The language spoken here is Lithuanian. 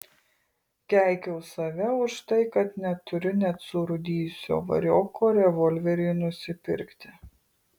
keikiau save už tai kad neturiu net surūdijusio varioko revolveriui nusipirkti